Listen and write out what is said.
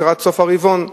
לקראת סוף הרבעון.